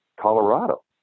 Colorado